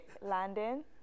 Landon